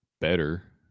better